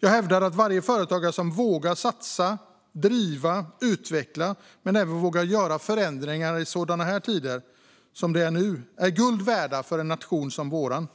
Jag hävdar att varje företagare som vågar satsa, driva och utveckla men som även vågar göra förändringar i sådana här tider är guld värda för en nation som vår.